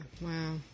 wow